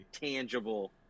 tangible